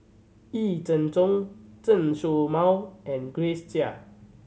Yee Jenn Jong Chen Show Mao and Grace Chia